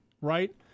right